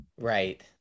Right